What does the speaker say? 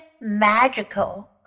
magical